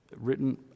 written